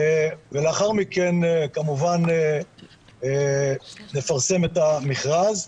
לאחר מכן כמובן נפרסם את המכרז.